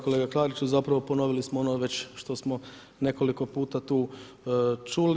Kolega Klariću, zapravo ponovili smo ono već što smo nekoliko puta tu čuli.